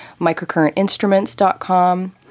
microcurrentinstruments.com